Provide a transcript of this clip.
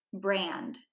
brand